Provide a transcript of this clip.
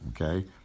okay